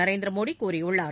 நரேந்திரமோடிகூறியுள்ளார்